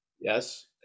yes